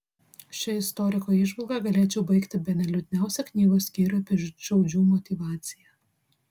šia istoriko įžvalga galėčiau baigti bene liūdniausią knygos skyrių apie žydšaudžių motyvaciją